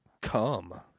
Come